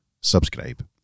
subscribe